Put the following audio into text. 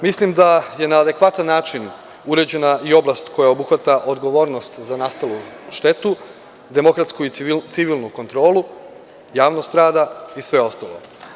Mislim da je na adekvatan način uređena i oblast koja obuhvata odgovornost za nastalu štetu, demokratsku i civilnu kontrolu, javnost rada i sve ostalo.